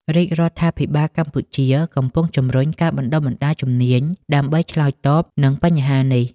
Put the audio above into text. រាជរដ្ឋាភិបាលកម្ពុជាកំពុងជំរុញការបណ្ដុះបណ្ដាលជំនាញដើម្បីឆ្លើយតបនឹងបញ្ហានេះ។